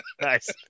Nice